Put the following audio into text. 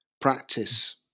practice